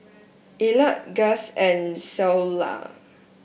Elliott Guss and Cleola